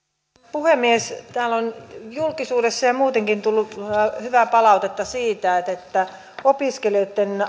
puhemies täällä on julkisuudessa ja muutenkin tullut hyvää palautetta siitä että että opiskelijoitten